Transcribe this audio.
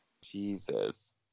Jesus